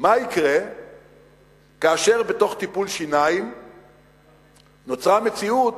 מה יקרה כאשר בתוך טיפול שיניים נוצרה מציאות